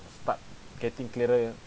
start getting clearer